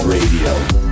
Radio